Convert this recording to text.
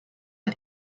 ein